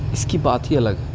اس کی بات ہی الگ ہے